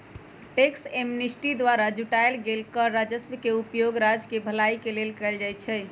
tax amnesty द्वारा जुटाएल गेल कर राजस्व के उपयोग राज्य केँ भलाई के लेल कएल जाइ छइ